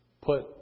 put